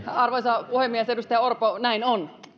arvoisa puhemies edustaja orpo näin on